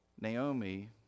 Naomi